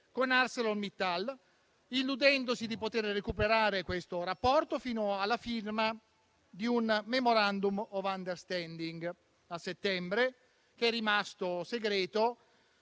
con ArcelorMittal, illudendosi di poter recuperare questo rapporto, fino alla firma di un *memorandum of understanding* a settembre, che è rimasto segreto